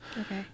Okay